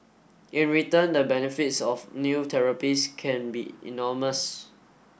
in return the benefits of new therapies can be enormous